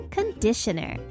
Conditioner